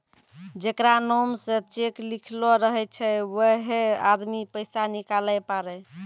जेकरा नाम से चेक लिखलो रहै छै वैहै आदमी पैसा निकालै पारै